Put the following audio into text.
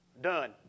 done